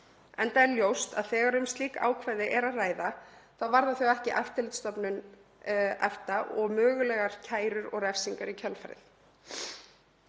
enda er ljóst að þegar um slík ákvæði er að ræða varða þau ekki Eftirlitsstofnun EFTA og mögulegar kærur og refsingar í kjölfarið.